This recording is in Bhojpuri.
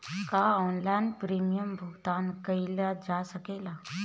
का ऑनलाइन प्रीमियम भुगतान कईल जा सकेला?